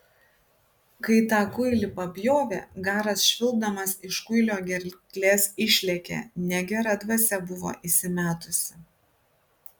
kai tą kuilį papjovė garas švilpdamas iš kuilio gerklės išlėkė negera dvasia buvo įsimetusi